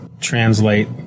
translate